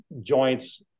joints